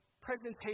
presentation